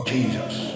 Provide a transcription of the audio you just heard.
Jesus